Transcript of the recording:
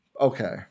Okay